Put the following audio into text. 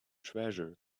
treasure